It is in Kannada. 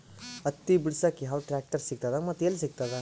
ಹತ್ತಿ ಬಿಡಸಕ್ ಯಾವ ಟ್ರಾಕ್ಟರ್ ಸಿಗತದ ಮತ್ತು ಎಲ್ಲಿ ಸಿಗತದ?